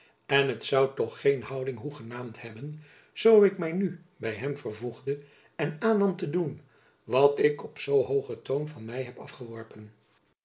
en het zoû toch geen houding hoegenaamd hebben zoo ik my nu by hem vervoegde en aannam te doen wat ik op zoo hoogen toon van my heb afgeworpen